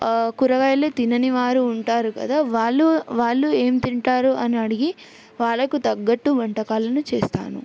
కూరగాయలే తినని వారు ఉంటారు కదా వాళ్ళు వాళ్ళు ఏం తింటారు అనడిగి వాళ్ళకు తగ్గట్టు వంటకాలను చేస్తాను